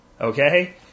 Okay